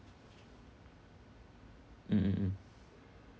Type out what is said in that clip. mm mm mm